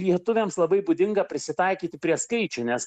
lietuviams labai būdinga prisitaikyti prie skaičių nes